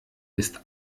ist